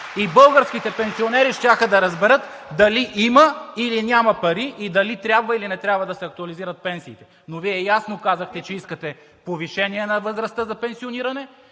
и българските пенсионери щяха да разберат дали има, или няма пари и дали трябва, или не трябва да се актуализират пенсиите. Но Вие ясно казахте, че искате повишение на възрастта за пенсиониране.